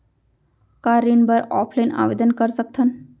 का ऋण बर ऑफलाइन आवेदन कर सकथन?